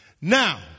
Now